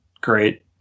great